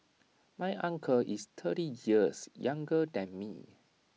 my uncle is thirty years younger than me